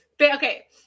Okay